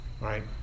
right